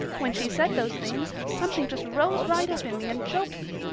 when she said those things something just rose right up in me and choked me.